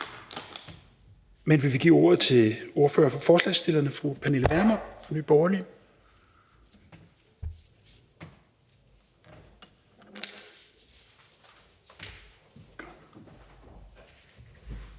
Så vil vi give ordet til ordfører for forslagsstillerne fru Pernille Vermund fra Nye Borgerlige.